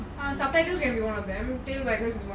subtitle can be one of them play records